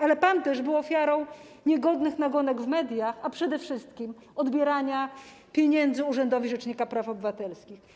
Ale pan też był ofiarą niegodnych nagonek w mediach, a przede wszystkim odbierania pieniędzy urzędowi rzecznika praw obywatelskich.